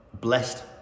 blessed